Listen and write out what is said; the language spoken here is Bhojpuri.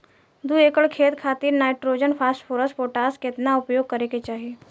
दू एकड़ खेत खातिर नाइट्रोजन फास्फोरस पोटाश केतना उपयोग करे के चाहीं?